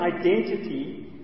identity